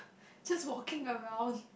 just walking around